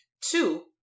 Two